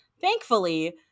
Thankfully